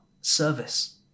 service